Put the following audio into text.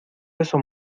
eso